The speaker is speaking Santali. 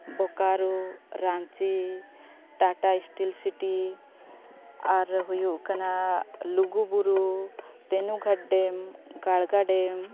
Bokaro Ranchi Tata steel city ᱟᱨ ᱦᱩᱭᱩᱜ ᱠᱟᱱᱟ Luguburu Tenughat dam Garga dam